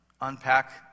unpack